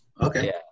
okay